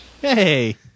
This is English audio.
Hey